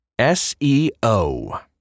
SEO